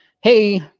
hey